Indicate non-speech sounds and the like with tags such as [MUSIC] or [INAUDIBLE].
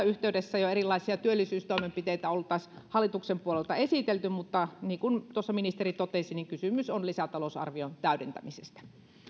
[UNINTELLIGIBLE] yhteydessä jo erilaisia työllisyystoimenpiteitä oltaisiin hallituksen puolelta esitelty mutta niin kuin tuossa ministeri totesi kysymys on lisätalousarvion täydentämisestä